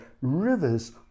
rivers